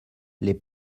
les